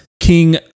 King